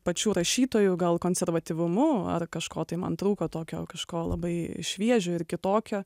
pačių rašytojų gal konservatyvumu ar kažko tai man trūko tokio kažko labai šviežio ir kitokio